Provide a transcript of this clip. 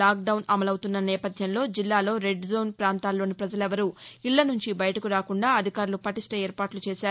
lockdown అమలపుతున్న నేపథ్యంలో జిల్లాలో రెడ్జోస్ పాంతాల్లోని పజలెవ్వరూ ఇళ్ల సుంచి బయటకు రాకుండా అధికారులు పటిష్ణ ఏర్పాట్లు చేశారు